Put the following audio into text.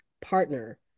partner